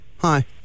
Hi